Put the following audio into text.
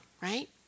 right